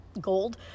gold